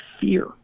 fear